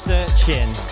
Searching